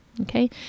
Okay